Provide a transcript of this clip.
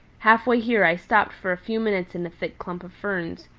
half-way here i stopped for a few minutes in a thick clump of ferns.